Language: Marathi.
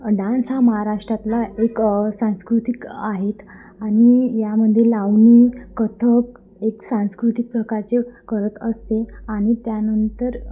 डान्स हा महाराष्ट्रातला एक सांस्कृतिक आहेत आणि यामध्ये लावणी कथ्थक एक सांस्कृतिक प्रकारचे करत असते आणि त्यानंतर